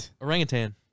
Orangutan